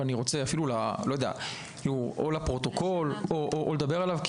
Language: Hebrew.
אבל אני רוצה לומר או לפרוטוקול או לדבר עליו,